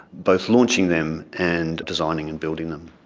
both launching them and designing and building them.